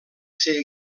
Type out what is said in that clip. ser